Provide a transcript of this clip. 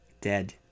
Dead